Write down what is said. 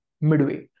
midway